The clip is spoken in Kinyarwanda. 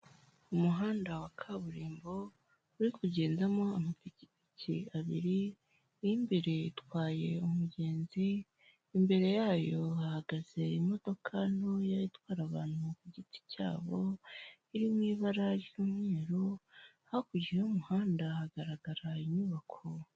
Umuhanda wa kaburimbo uri kugendamo amapikipiki abiri iy'imbere itwaye umugenzi imbere yayo hahagaze imodoka ntoya itwara abantu ku giti cyabo irimo ibara ry'umweru, hakurya y'umuhanda hagaragara inyubako.